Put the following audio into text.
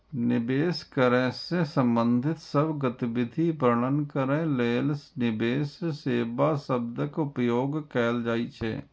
निवेश करै सं संबंधित सब गतिविधि वर्णन करै लेल निवेश सेवा शब्दक उपयोग कैल जाइ छै